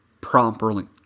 properly